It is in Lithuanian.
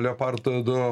leopard du